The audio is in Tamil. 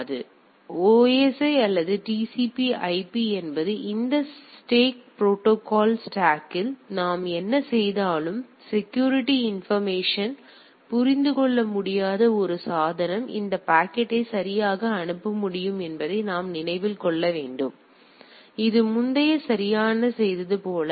எனவே ஓஎஸ்ஐ அல்லது டிசிபி ஐபி TCpIP என்பதை இந்த ஸ்டேக் புரோட்டோகால் ஸ்டேக்கில் நாம் என்ன செய்தாலும் இந்த செக்யூரிட்டி இன்பர்மேசன்களைப் புரிந்துகொள்ள முடியாத ஒரு சாதனம் இந்த பாக்கெட்டை சரியாக அனுப்ப முடியும் என்பதை நாம் நினைவில் கொள்ள வேண்டும் அது முந்தையதைச் சரியாகச் செய்தது போல